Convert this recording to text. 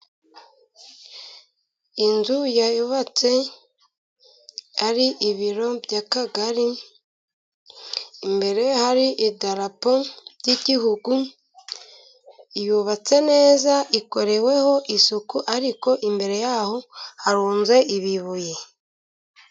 Inzu yubatse ari ibiro by'akagari, imbere hari idarapo ry' igihugu yubatse neza, ikoreweho isuku, ariko imbere yaho harunze ibibuye.